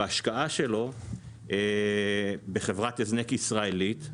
בהשקעה שלו בחברה הזנק ישראלית.